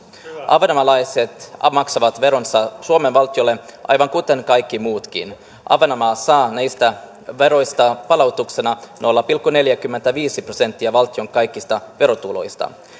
ahvenanmaalaiset maksavat veronsa suomen valtiolle aivan kuten kaikki muutkin ahvenanmaa saa näistä veroista palautuksena nolla pilkku neljäkymmentäviisi prosenttia valtion kaikista verotuloista